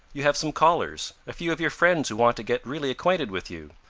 you have some callers, a few of your friends who want to get really acquainted with you.